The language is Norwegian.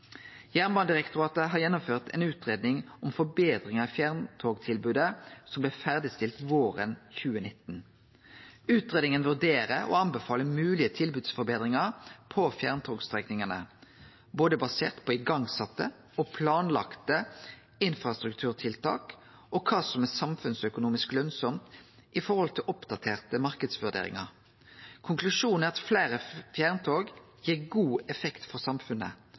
Jernbanedirektoratet har gjennomført ei utgreiing om forbetring av fjerntogtilbodet, som blei ferdigstilt våren 2019. Utgreiinga vurderer og anbefaler moglege tilbodsforbetringar på fjerntogstrekningane, basert både på igangsette og planlagde infrastrukturtiltak og på kva som er samfunnsøkonomisk lønsamt i forhold til oppdaterte marknadsvurderingar. Konklusjonen er at fleire fjerntog gir god effekt for samfunnet,